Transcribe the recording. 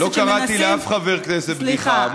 לא קראתי לאף חבר כנסת בדיחה.